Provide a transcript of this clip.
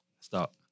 Stop